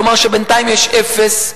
כלומר בינתיים יש אפס.